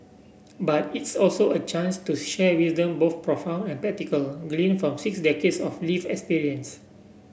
but it's also a chance to share wisdom both profound and practical gleaned from six decades of lived experience